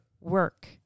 work